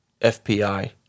FPI